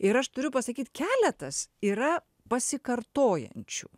ir aš turiu pasakyt keletas yra pasikartojančių